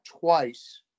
twice